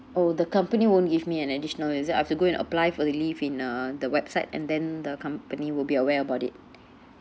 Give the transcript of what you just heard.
orh the company won't give me an additional is it I've to go and apply for the leave in uh the website and then the company will be aware about it